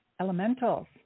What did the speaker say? elementals